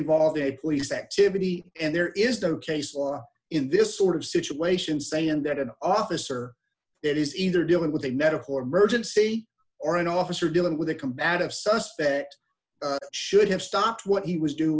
involved a police activity and there is no case law in this sort of situation saying that an officer that is either dealing with a medical emergency or an officer dealing with a combative suspect should have stopped what he was do